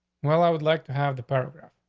well, i would like to have the program.